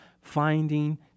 Finding